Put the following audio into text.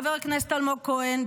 חבר הכנסת אלמוג כהן,